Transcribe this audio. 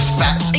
fat